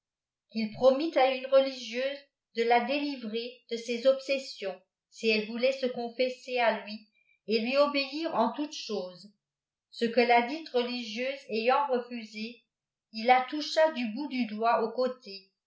qu'il proâiil à une religieuse de la idt li vilsr de ses obsessions si die voulait se oonfësser à liif el bai obéir ee toateaeboses ee que ladite religieuse ayant refusé il la leifehtf d bout d doigt au icdté